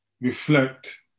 reflect